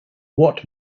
what